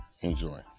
Enjoy